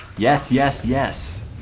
yes yes yes